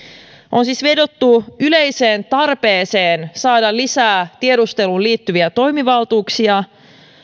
on siis vedottu yleiseen tarpeeseen saada lisää tiedusteluun liittyviä toimivaltuuksia